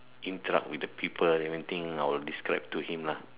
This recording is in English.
interact with the people everything I will describe to him lah